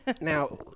Now